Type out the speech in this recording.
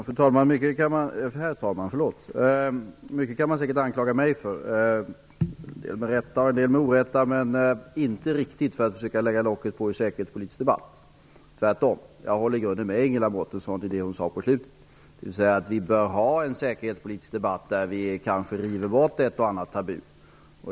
Herr talman! Mycket kan man säkert anklaga mig för -- en del med rätta och en del med orätt -- men inte för att försöka lägga locket på en säkerhetspolitisk debatt. Tvärtom håller jag i grunden med Ingela Mårtensson i det hon sade på slutet. Vi bör ha en säkerhetspolitisk debatt där vi kanske river bort ett och annat tabu.